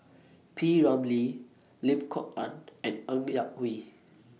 P Ramlee Lim Kok Ann and Ng Yak Whee